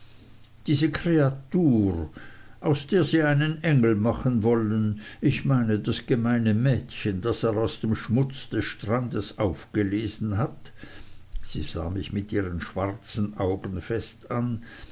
diese kreatur aus der sie einen engel machen wollen ich meine das gemeine mädchen das er aus dem schmutz des strandes aufgelesen hat sie sah mich mit ihren schwarzen augen fest an